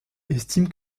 estime